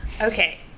Okay